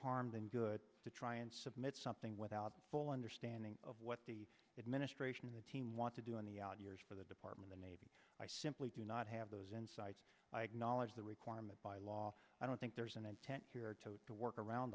harm than good to try and submit something without a full understanding of what the administration and the team want to do in the outyears for the department the navy i simply do not have those insights i acknowledge the requirement by law i don't think there's an intent here to work around